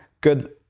good